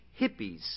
hippies